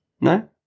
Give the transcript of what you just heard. no